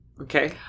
Okay